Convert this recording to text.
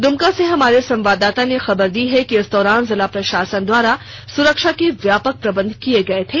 दुमका से हमारे संवाददाता ने खबर दी है कि इस दौरान जिला प्रशासन द्वारा सुरक्षा के व्यापक प्रबंध किये गये थे